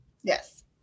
Yes